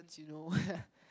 ~s you know